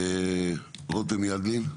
רותם ידלין.